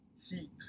heat